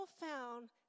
found